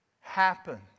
happen